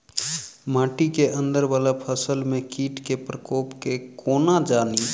माटि केँ अंदर वला फसल मे कीट केँ प्रकोप केँ कोना जानि?